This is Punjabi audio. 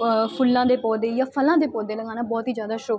ਫ ਫੁੱਲਾਂ ਦੇ ਪੌਦੇ ਜਾਂ ਫਲਾਂ ਦੇ ਪੌਦੇ ਲਗਾਉਣਾ ਬਹੁਤ ਹੀ ਜ਼ਿਆਦਾ ਸ਼ੌ